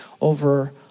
over